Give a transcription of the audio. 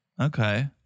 Okay